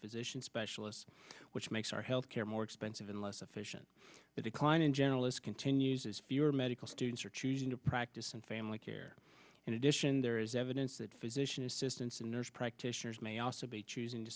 physician specialists which makes our healthcare more expensive and less efficient the decline in general this continues as fewer medical students are choosing to practice and family care in addition there is evidence that physicians assistants and nurse practitioners may also be choosing to